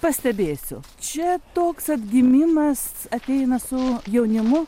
pastebėsiu čia toks atgimimas ateina su jaunimu